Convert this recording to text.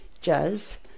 Jazz